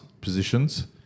positions